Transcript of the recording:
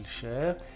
share